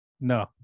No